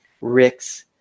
Rick's